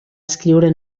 escriure